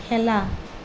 খেলা